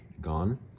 gone